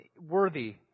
worthy